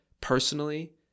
personally